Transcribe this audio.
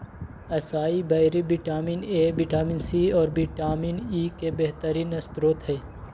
acai berry vitamin A, vitamin C, और vitamin E के बेहतरीन स्त्रोत हई